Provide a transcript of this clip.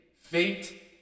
Fate